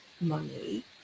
money